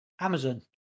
Amazon